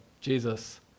Jesus